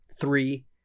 three